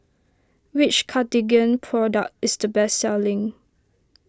which Cartigain product is the best selling